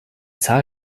zahl